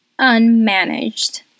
unmanaged